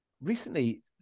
recently